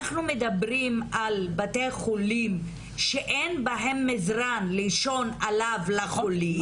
אנחנו מדברים על בתי-חולים שאין בהם מזרן לישון עליו לחולים.